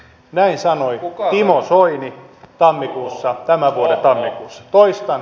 näin sanoi timo soini tammikuussa tämän vuoden tammikuussa